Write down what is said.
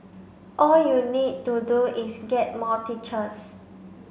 all you need to do is get more teachers